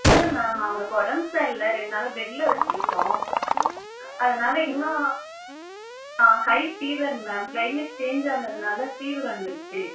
இல்லை மேம் அவங்களுக்கு உடம்பு சரியில்ல ரெண்டு நாளாக பெட்டில் வச்சுருக்கோம் அதனால இன்னும் high fever ma'am climate change ஆனதுனால் ஃபீவர் வந்துடுச்சு